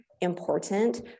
important